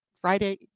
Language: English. friday